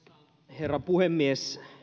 herra puhemies